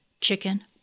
chicken